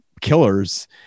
killers